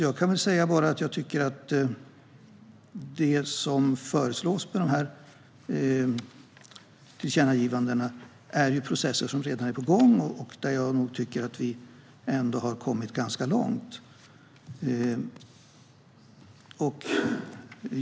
Jag kan bara säga att jag tycker att det som föreslås i tillkännagivandena är processer som redan är på gång och där jag tycker att vi ändå har kommit ganska långt. Fru talman!